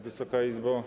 Wysoka Izbo!